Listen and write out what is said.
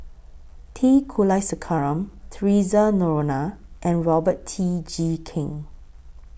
T Kulasekaram Theresa Noronha and Robert Tee Jee Keng